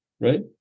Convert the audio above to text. right